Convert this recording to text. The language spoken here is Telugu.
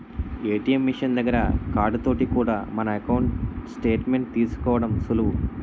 ఏ.టి.ఎం మిషన్ దగ్గర కార్డు తోటి కూడా మన ఎకౌంటు స్టేట్ మెంట్ తీసుకోవడం సులువు